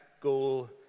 goal